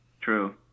true